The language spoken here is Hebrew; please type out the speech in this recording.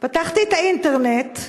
פתחתי את האינטרנט,